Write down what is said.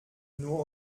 nur